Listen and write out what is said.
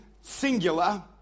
singular